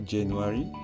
January